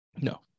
No